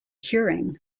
curing